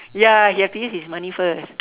ya he have to use his money first